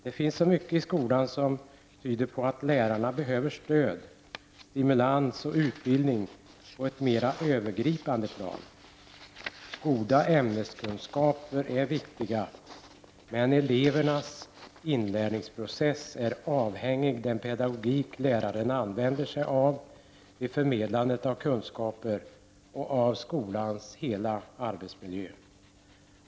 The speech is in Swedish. Det finns så mycket i skolan som tyder på att lärarna behöver stöd, stimulans och utbildning på ett mer övergripande plan. Goda ämneskunskaper är viktiga, men elevernas inlärningsprocess är avhängig av den pedagogik läraren använder sig av vid förmedlandet av kunskaper och skolans hela arbetsmiljö.